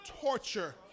torture